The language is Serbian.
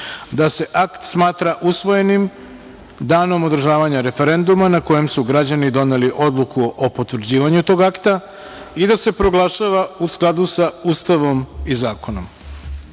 da se akt smatra usvojenim danom održavanja referenduma na kojem su građani doneli odluku o potvrđivanju tog akta i da se proglašava u skladu sa Ustavom i zakonom. Ističem